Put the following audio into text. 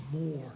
more